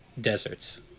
deserts